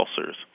ulcers